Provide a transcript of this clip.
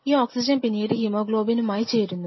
ഈ ഓക്സിജൻ പിന്നീട് ഹീമോഗ്ലോബിനുമായി ചേരുന്നു